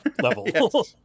level